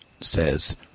says